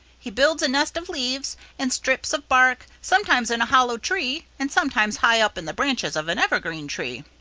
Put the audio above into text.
he builds a nest of leaves and strips of bark, sometimes in a hollow tree and sometimes high up in the branches of an evergreen tree.